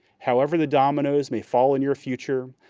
however the dominoes may fall in your future,